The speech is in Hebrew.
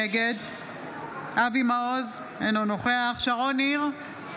נגד אבי מעוז, אינו נוכח שרון ניר,